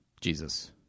Jesus